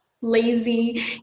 lazy